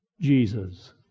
Jesus